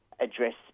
address